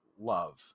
love